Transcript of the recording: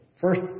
first